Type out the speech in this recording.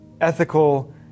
ethical